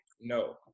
no